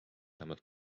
vähemalt